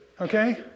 okay